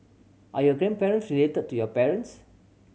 are your grandparents related to your parents